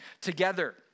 together